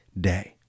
day